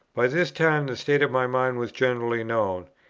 by this time the state of my mind was generally known,